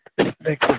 भेट